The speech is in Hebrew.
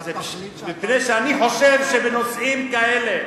בתכלית שאתה, מפני שאני חושב שבנושאים כאלה,